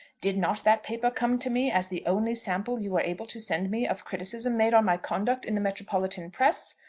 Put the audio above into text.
did not that paper come to me as the only sample you were able to send me of criticism made on my conduct in the metropolitan press?